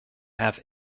have